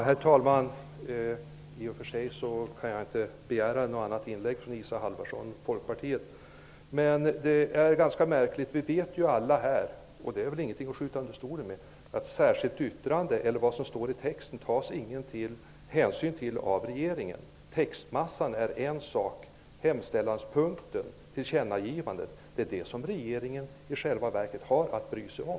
Herr talman! I och för sig kan jag inte begära annat från Isa Halvarsson, folkpartiet. Men vi vet ju alla här -- det är ingenting att sticka under stol med -- att särskilda yttranden eller vad som står i texten inte tas särskild hänsyn till av regeringen. Textmassan är en sak, hemställanspunkter och tillkännagivanden är vad regeringen har att bry sig om.